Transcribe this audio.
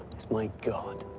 is my god.